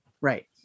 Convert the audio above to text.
right